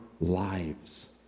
lives